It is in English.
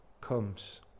comes